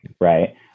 right